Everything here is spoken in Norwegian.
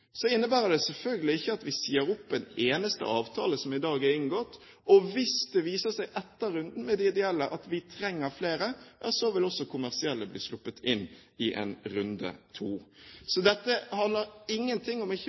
Det innebærer selvfølgelig ikke at vi sier opp en eneste avtale som i dag er inngått. Og hvis det etter runden med de ideelle viser seg at vi trenger flere, vil også kommersielle bli sluppet inn i en runde to. Så dette handler ikke om ikke å